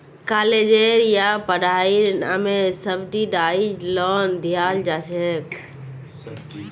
कालेजेर या पढ़ाईर नामे सब्सिडाइज्ड लोन दियाल जा छेक